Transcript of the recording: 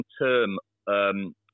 long-term